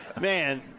Man